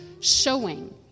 showing